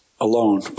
alone